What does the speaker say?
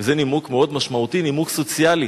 וזה נימוק מאוד משמעותי, נימוק סוציאלי.